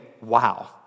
wow